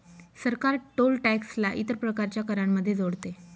सरकार toll tax ला इतर प्रकारच्या करांमध्ये जोडते